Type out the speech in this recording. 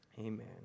Amen